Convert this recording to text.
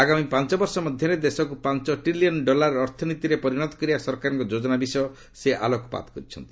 ଆଗାମୀ ପାଞ୍ଚ ବର୍ଷ ମଧ୍ୟରେ ଦେଶକୁ ପାଞ୍ଚ ଟ୍ରିଲିୟନ୍ ଡଲାର୍ ଅର୍ଥନୀତିରେ ପରିଣତ କରିବା ସରକାରଙ୍କ ଯୋଜନା ବିଷୟ ସେ ଆଲୋକପାତ କରିଛନ୍ତି